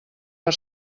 per